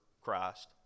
Christ